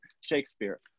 Shakespeare